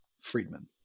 Friedman